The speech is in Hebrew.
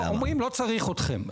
אומרות אנחנו לא צריכות אתכם,